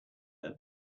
though